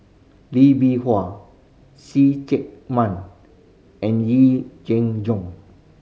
Lee Bee Wah See Chak Mun and Yee Jenn Jong